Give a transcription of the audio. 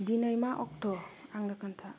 दिनै मा अक्ट' आंनो खोन्था